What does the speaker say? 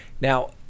Now